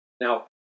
Now